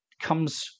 comes